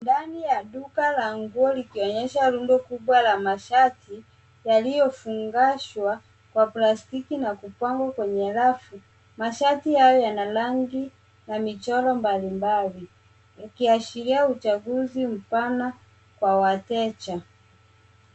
Ndani ya duka la nguo likionyesha rundo kubwa la mashati yaliyofungashwa kwa plastiki na kupangwa kwenye rafu. Mashati hayo yana rangi na michoro mbalimbali, ikiashiria uchafuzi mpana kwa wateja.